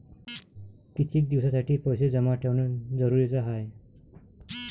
कितीक दिसासाठी पैसे जमा ठेवणं जरुरीच हाय?